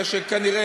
מפני שכנראה,